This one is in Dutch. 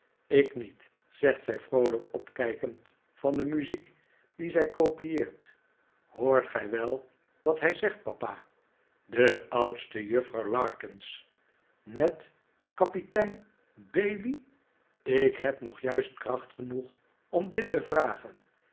ik niet zegt zij vroolijk opkijkend van de muziek die zij copieert hoort gij wel wat hij zegt papa de oudste juffrouw larkins met met kapitein bailey ik heb nog juist kracht genoeg om dit te vragen